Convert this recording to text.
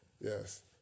yes